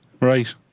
Right